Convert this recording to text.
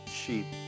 sheep